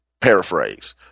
paraphrase